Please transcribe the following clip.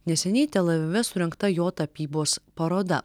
neseniai telavive surengta jo tapybos paroda